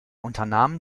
unternahm